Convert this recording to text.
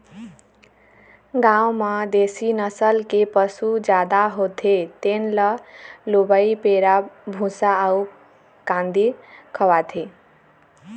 गाँव म देशी नसल के पशु जादा होथे तेन ल लूवय पैरा, भूसा अउ कांदी खवाथे